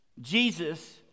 Jesus